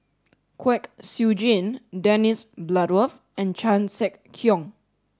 Kwek Siew Jin Dennis Bloodworth and Chan Sek Keong